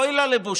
אוי לה לבושה,